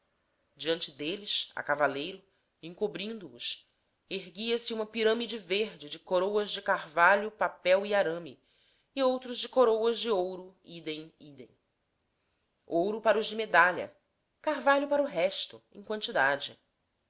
diante deles a cavaleiro encobrindo os erguia-se uma pirâmide verde de coroas de carvalho papel e arame e outra de coroas de ouro idem idem ouro para os de medalha carvalho para o resto em quantidade